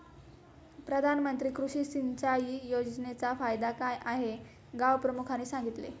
प्रधानमंत्री कृषी सिंचाई योजनेचा फायदा काय हे गावप्रमुखाने सांगितले